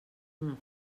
una